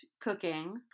cooking